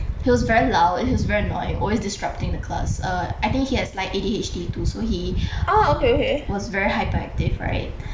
he was very loud he was very annoying always disrupting the class err I think he has like A_D_H_D too so he was very hyperactive right